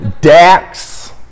Dax